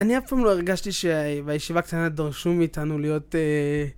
אני אף פעם לא הרגשתי שבישיבה הקטנה דרשו מאיתנו להיות אההה...